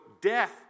death